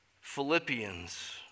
Philippians